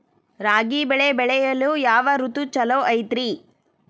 ರಾಗಿ ಬೆಳೆ ಬೆಳೆಯಲು ಯಾವ ಋತು ಛಲೋ ಐತ್ರಿ?